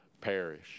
perish